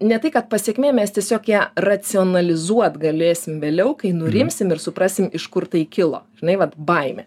ne tai kad pasekmė mes tiesiog ją racionalizuot galėsim vėliau kai nurimsim ir suprasim iš kur tai kilo žinai vat baimė